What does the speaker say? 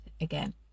again